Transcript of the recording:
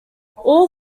all